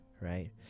right